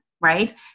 right